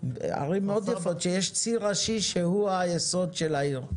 ערים מאוד יפות שיש ציר ראשי שהוא היסוד של העיר,